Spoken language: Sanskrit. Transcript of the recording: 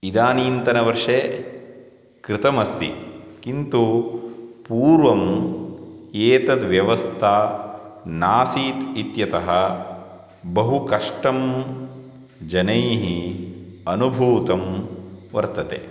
इदानीन्तनवर्षे कृतम् अस्ति किन्तु पूर्वम् एतत् व्यवस्था नासीत् इत्यतः बहु कष्टं जनैः अनुभूतं वर्तते